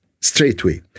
straightway